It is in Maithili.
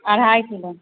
अढ़ाइ किलो